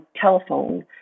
telephone